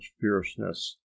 fierceness